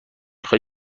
خوای